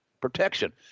Protection